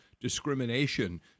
discrimination